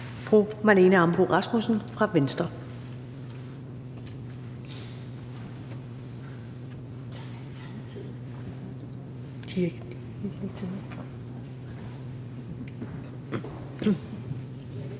fru Marlene Ambo-Rasmussen fra Venstre.